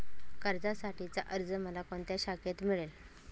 कर्जासाठीचा अर्ज मला कोणत्या शाखेत मिळेल?